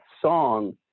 song